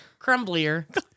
Crumblier